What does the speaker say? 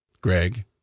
Greg